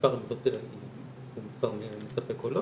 מספר המיטות הוא מספר מספק או לא.